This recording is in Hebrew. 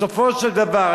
בסופו של דבר,